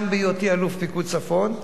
גם בהיותי אלוף פיקוד צפון,